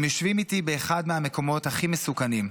הם יושבים איתי באחד מהמקומות הכי מסוכנים,